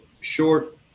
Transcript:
short